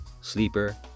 Sleeper